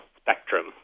spectrum